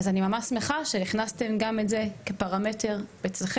אז אני ממש שמחה שהכנסתם גם את זה כפרמטר אצלכם,